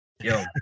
Yo